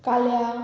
काल्यां